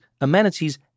amenities